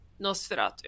nosferatu